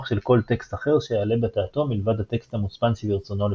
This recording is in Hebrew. של כל טקסט אחר שיעלה בדעתו מלבד הטקסט המוצפן שברצונו לפצח.